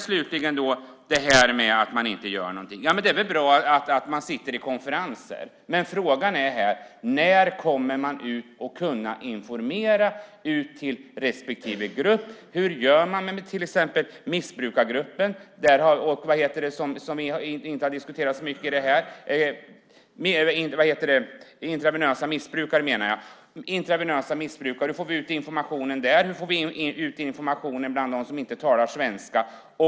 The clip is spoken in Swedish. Slutligen till att man inte gör någonting. Det är väl bra att man sitter i konferenser. Men frågan är: När kommer man ut och kan informera respektive grupp? Hur gör man med till exempel gruppen intravenösa missbrukare som inte har diskuterats mycket här? Hur får vi ut informationen där? Hur får vi ut informationen bland dem som inte talar svenska?